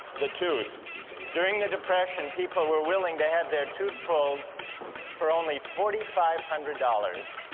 the tooth during the depression people were willing to have their tooth pulled for only forty five hundred dollars